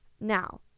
Now